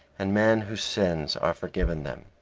and men whose sins are forgiven them.